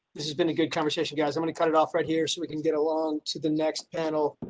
this has been a good conversation guys i'm going to cut it off right here so we can get along to the next panel.